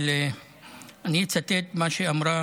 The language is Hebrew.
אבל אני אצטט מה שאמרה